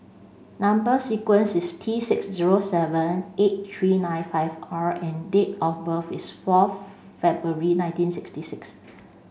number sequence is T six zero seven eight three nine five R and date of birth is forth February nineteen sixty six